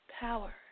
power